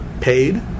paid